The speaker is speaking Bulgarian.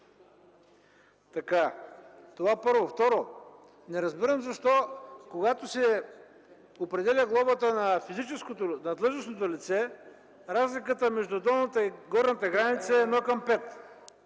Това, първо. Второ, не разбирам защо, когато се определя глобата на физическото, на длъжностното лице, разликата между долната и горната граница е едно към